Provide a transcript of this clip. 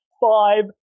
Five